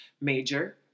Major